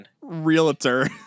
realtor